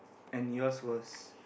and yours was